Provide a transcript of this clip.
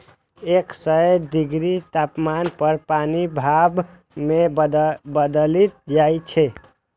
एक सय डिग्री तापमान पर पानि भाप मे बदलि जाइ छै